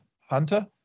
hunter